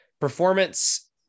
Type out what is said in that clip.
performance